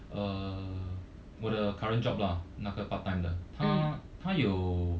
uh 我的 current job lah 那个 part time 的他他有